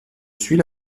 suis